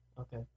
Okay